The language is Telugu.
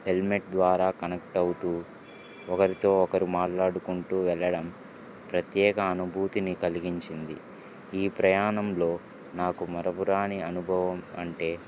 హెల్మెట్ ద్వారా కనెక్ట్ అవుతూ ఒకరితో ఒకరు మాట్లాడుకుంటు వెళ్ళడం ప్రత్యేక అనుభూతిని కలిగించింది ఈ ప్రయాణంలో నాకు మరుపురాని అనుభవం అంటే